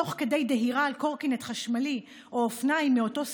תוך כדי דהירה על קורקינט חשמלי או אופניים מאותו סוג,